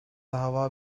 dava